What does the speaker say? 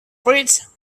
bridge